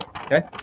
Okay